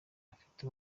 bafite